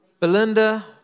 Belinda